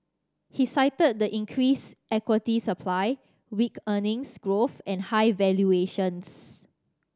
he cited the increased equity supply weak earnings growth and high valuations